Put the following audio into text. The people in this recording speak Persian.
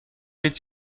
هیچ